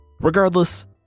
Regardless